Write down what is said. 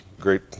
Great